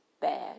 bad